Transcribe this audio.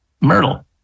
Myrtle